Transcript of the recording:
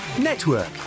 network